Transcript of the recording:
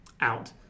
out